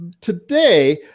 today